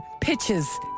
pitches